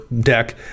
deck